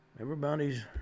Everybody's